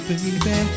Baby